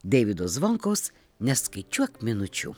deivido zvonkaus neskaičiuok minučių